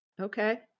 Okay